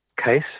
case